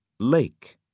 lake